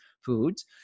foods